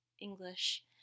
English